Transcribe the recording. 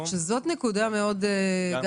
זו נקודה מהותית.